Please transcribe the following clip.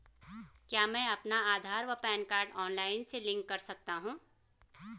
क्या मैं अपना आधार व पैन कार्ड ऑनलाइन खाते से लिंक कर सकता हूँ?